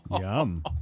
Yum